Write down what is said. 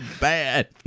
bad